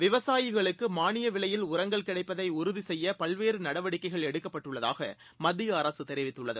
விவசாயிகளுக்குமானியவிலையில்உரங்கள்கிடைப்பதைஉறுதிசெய்யபல்வேறு நடவடிக்கைகள்எடுக்கப்பட்டுள்ளதாகமத்தியஅரசுதெரிவித்துள்ளது